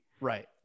Right